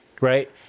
Right